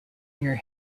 near